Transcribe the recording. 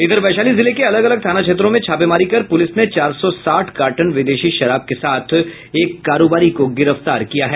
इधर वैशाली जिले के अलग अलग थाना क्षेत्रों में छापेमारी कर पूलिस ने चार सौ साठ कार्टन विदेशी शराब के साथ एक कारोबारी को गिरफ्तार किया है